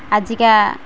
ଆଜିକା